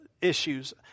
issues